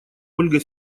ольга